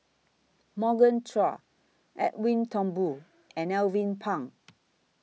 Morgan Chua Edwin Thumboo and Alvin Pang